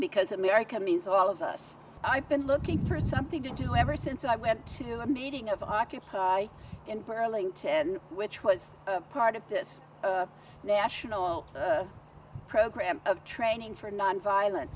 because america means all of us i've been looking for something to do ever since i went to a meeting of occupy in burlington which was part of this national program of training for nonviolen